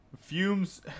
Fumes